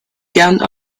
gerne